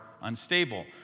unstable